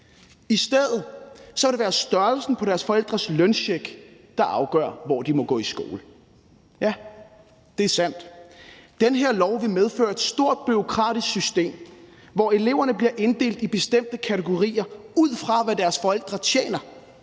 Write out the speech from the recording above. I stedet vil det være størrelsen på deres forældres løncheck, der afgør, hvor de må gå i skole. Ja, det er sandt. Den her lov vil medføre et stort bureaukratisk system, hvor eleverne bliver inddelt i bestemte kategorier, ud fra hvad deres forældre tjener,